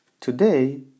Today